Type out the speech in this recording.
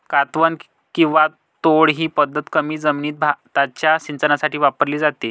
कातवन किंवा तोड ही पद्धत कमी जमिनीत भाताच्या सिंचनासाठी वापरली जाते